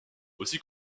aussi